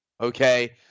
Okay